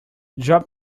drop